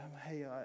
hey